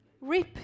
reap